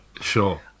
Sure